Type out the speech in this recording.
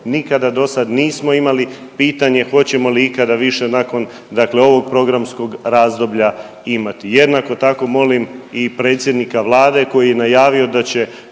nikada do sada nismo imali. Pitanje hoćemo li ikada više nakon, dakle ovog programskog razdoblja imati. Jednako tako molim i predsjednika Vlade koji je najavio da će